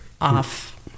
off